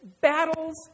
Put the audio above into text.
battles